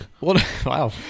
Wow